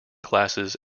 classes